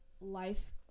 life